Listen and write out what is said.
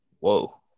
Whoa